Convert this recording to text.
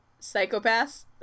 psychopaths